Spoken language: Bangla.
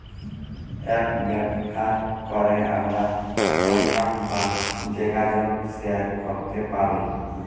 এপ ব্যাভার ক্যরে আমরা কলটাক বা জ্যগাজগ শেয়ার ক্যরতে পারি